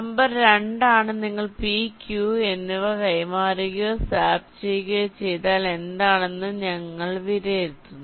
number രണ്ടാണ് നിങ്ങൾ p q എന്നിവ കൈമാറുകയോ സ്വാപ്പ് ചെയ്യുകയോ ചെയ്താൽ എന്താണെന്ന് നിങ്ങൾ വിലയിരുത്തുന്നു